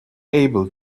able